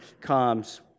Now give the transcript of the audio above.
comes